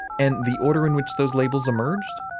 and the order in which those labels emerged?